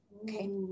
Okay